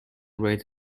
rate